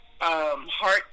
heart